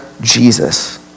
Jesus